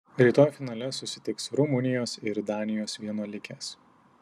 rytoj finale susitiks rumunijos ir danijos vienuolikės